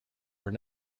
were